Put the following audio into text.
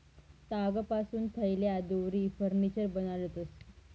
तागपासून थैल्या, दोरी, फर्निचर बनाडतंस